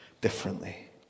differently